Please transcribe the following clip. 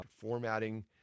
formatting